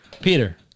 Peter